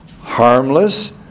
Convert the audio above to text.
harmless